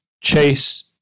Chase